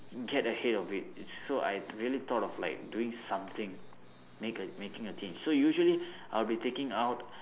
get ahead of it so I really thought of like doing something make a making a change so usually I'll be taking out